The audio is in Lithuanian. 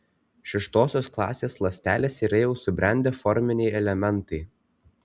šeštosios klasės ląstelės yra jau subrendę forminiai elementai